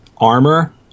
armor